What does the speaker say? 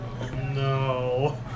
No